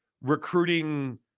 recruiting